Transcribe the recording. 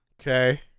Okay